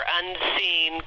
unseen